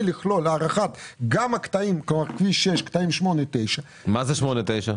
לכלול גם הארכת הקטעים של כביש 9-8. מה זה 9-8?